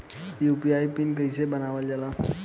UPI pin कइसे बनावल जाला?